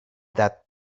that